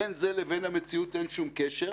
בין זה לבין המציאות אין שום קשר.